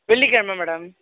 வெள்ளிக்கிழம மேடம்